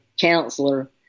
counselor